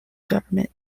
government